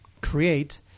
create